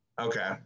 Okay